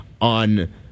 on